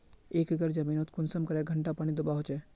एक एकर जमीन नोत कुंसम करे घंटा पानी दुबा होचए?